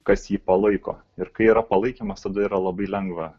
kas jį palaiko ir kai yra palaikymas tada yra labai lengva